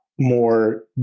more